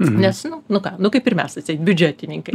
nes nu nu nu kaip ir mes atseit biudžetininkai